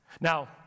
Now